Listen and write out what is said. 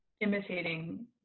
imitating